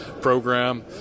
program